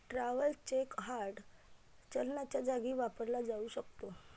travellers cheque hard चलनाच्या जागी वापरला जाऊ शकतो